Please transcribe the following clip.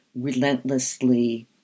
relentlessly